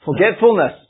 forgetfulness